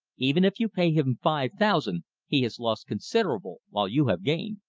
even if you pay him five thousand, he has lost considerable, while you have gained.